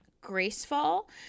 graceful